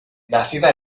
nacida